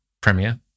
Premiere